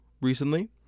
recently